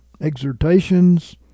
exhortations